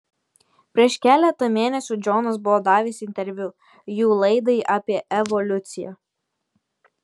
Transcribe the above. prieš keletą mėnesių džonas buvo davęs interviu jų laidai apie evoliuciją